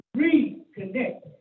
reconnect